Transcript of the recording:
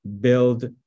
build